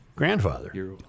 Grandfather